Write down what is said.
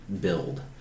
build